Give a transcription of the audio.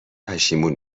پشیمون